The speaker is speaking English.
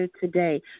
today